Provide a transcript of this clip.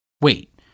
Wait